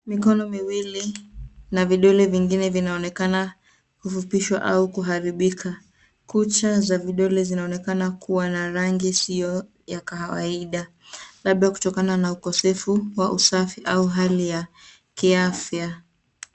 Mikono miwili na vidole vingine vinaonekana kufupishwa au kuharibika. Kucha za vidole zinaonekana kuwa na rangi isiyo ya kawaida, labda kutokana na ukosefu wa usafi au hali ya kiafya.